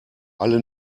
alle